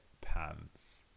pants